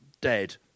dead